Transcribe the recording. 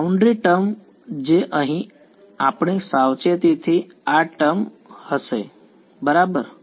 boundary term જે અહીં આપણી સાવચેતીથી આ ટર્મ હશે બરાબર